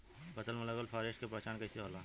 फसल में लगल फारेस्ट के पहचान कइसे होला?